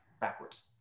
backwards